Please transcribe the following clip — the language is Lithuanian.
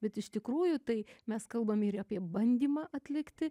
bet iš tikrųjų tai mes kalbam ir apie bandymą atlikti